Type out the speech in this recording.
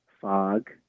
fog